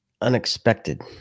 unexpected